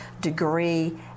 degree